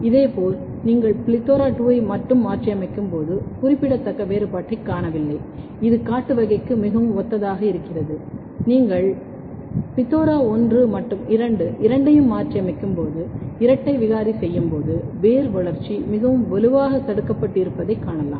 இதேபோல் நீங்கள் PLETHORA 2 ஐ மட்டும் மாற்றியமைக்கும்போது குறிப்பிடத்தக்க வேறுபாட்டைக் காணவில்லை இது காட்டு வகைக்கு மிகவும் ஒத்ததாக இருக்கிறது நீங்கள் ஆனால் நீங்கள் PLETHORA 1 மற்றும் PLETHORA 2 இரண்டையும் மாற்றியமைக்கும்போது இரட்டை விகாரி செய்யும் போது வேர் வளர்ச்சி மிகவும் வலுவாக தடுக்கப்பட்டு இருப்பதைக் காணலாம்